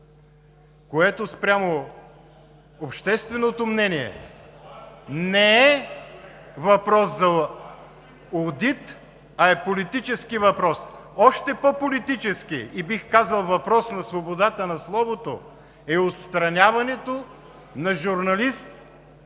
което спрямо общественото мнение не е въпрос за одит, а е политически въпрос. Още по-политически и, бих казал, въпрос на свободата на словото е отстраняването на журналист